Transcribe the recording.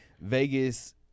Vegas